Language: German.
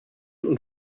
und